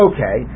Okay